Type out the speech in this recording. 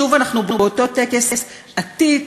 שוב אנחנו באותו טקס עתיק,